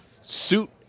suit